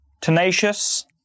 tenacious